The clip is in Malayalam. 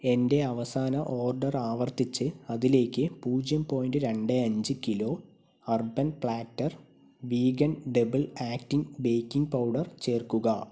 എന്റെ അവസാന ഓർഡർ ആവർത്തിച്ച് അതിലേക്ക് പൂജ്യം പോയിന്റ് രണ്ട് അഞ്ച് kilo Urban Platter vegan double acting baking powder ചേർക്കുക